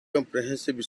comprehensive